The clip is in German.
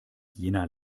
jena